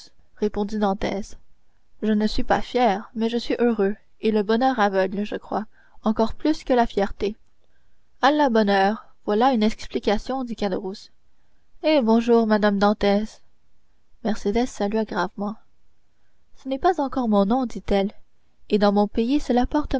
répondit dantès je ne suis pas fier mais je suis heureux et le bonheur aveugle je crois encore plus que la fierté à la bonne heure voilà une explication dit caderousse eh bonjour madame dantès mercédès salua gravement ce n'est pas encore mon nom dit-elle et dans mon pays